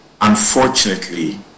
Unfortunately